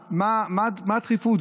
מה הדחיפות?